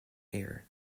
heir